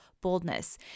boldness